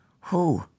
Who